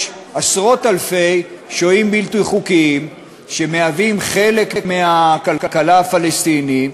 עשרות-אלפי שוהים בלתי חוקיים שמהווים חלק מהכלכלה הפלסטינית,